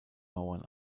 mauern